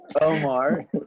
Omar